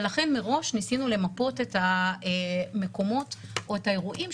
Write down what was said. ולכן מראש ניסינו למפות את המקומות או את האירועים,